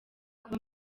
kuba